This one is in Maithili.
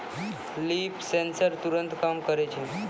लीफ सेंसर तुरत काम करै छै